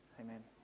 Amen